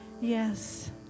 Yes